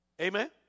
Amen